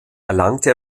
erlangte